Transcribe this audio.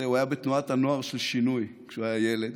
הוא היה בתנועת הנוער של שינוי כשהוא היה ילד.